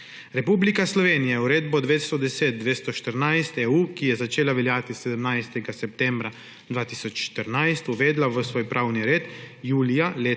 Republika Slovenija je Uredbo 910/2014/EU, ki je začela veljati 17. septembra 2014, uvedla v svoj pravni red julija leta